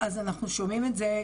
אנחנו שומעים את זה,